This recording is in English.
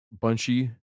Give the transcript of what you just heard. bunchy